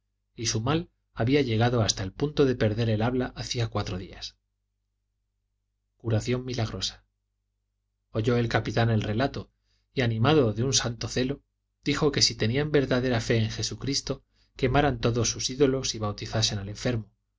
y su mal había llegado hasta el punto de perder el había hacía cuatro días curación milagrosa oyó el capitán el relato y animado de un santo celo dijo que si tenían verdadera fe en jesucristo quemaran todos sus ídolos y bautizasen al enfermo que